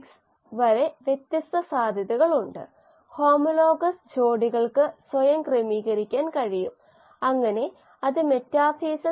സബ്സ്ട്രേറ്റിന്റെയും ഉൽപ്പന്നത്തിൻറെയും സ്വാധീനത്തിനായുള്ള മറ്റ് മോഡലുകളും ഈ സാഹചര്യത്തിൽ ഉൽപ്പന്നത്തിന്റെ നിർദ്ദിഷ്ട വളർച്ചാ നിരക്കിനെ ബാധിച്ചേക്കാം